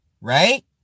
right